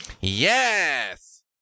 Yes